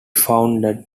funded